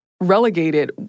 relegated